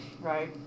Right